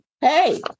Hey